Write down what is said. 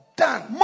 done